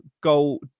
goal